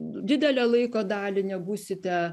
didelę laiko dalį nebūsite